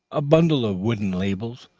a bundle of wooden labels,